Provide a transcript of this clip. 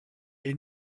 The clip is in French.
est